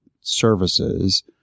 services